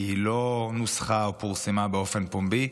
כי היא לא נוסחה או פורסמה באופן פומבי,